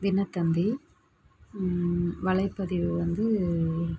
தினத்தந்தி வலைப்பதிவு வந்து